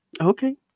Okay